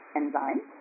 enzyme